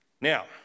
now